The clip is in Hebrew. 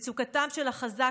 מצוקתם של החזק,